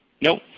Nope